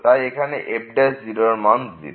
তাই এইখানে f0 0